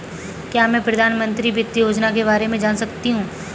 क्या मैं प्रधानमंत्री वित्त योजना के बारे में जान सकती हूँ?